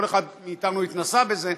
כל אחד מאיתנו התנסה בזה,